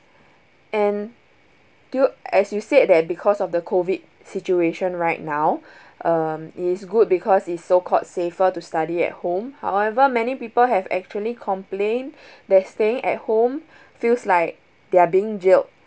and due as you said that because of the COVID situation right now um it is good because it's so called safer to study at home however many people have actually complain that staying at home feels like they're being jailed